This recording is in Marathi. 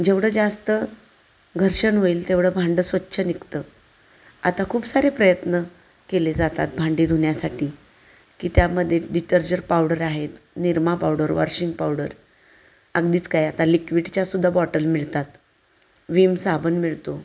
जेवढं जास्त घर्षण होईल तेवढं भांडं स्वच्छ निघतं आता खूप सारे प्रयत्न केले जातात भांडे धुण्यासाठी की त्यामध्ये डिटर्जर पावडर आहेत निरमा पावडर वॉरशिंग पावडर अगदीच काय आता लिक्विडच्यासुद्धा बॉटल मिळतात विम साबण मिळतो